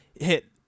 hit